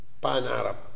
pan-Arab